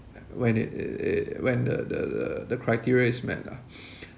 when it it it when the the the criteria is met lah